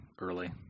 early